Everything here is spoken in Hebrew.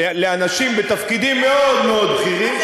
של אנשים בתפקידים מאוד מאוד בכירים,